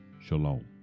Shalom